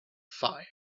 fire